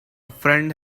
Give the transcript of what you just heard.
friend